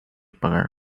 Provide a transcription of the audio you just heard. apagar